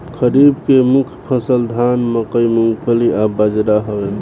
खरीफ के मुख्य फसल धान मकई मूंगफली आ बजरा हवे